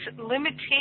limitations